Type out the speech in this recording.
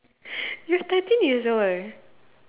you were thirteen years old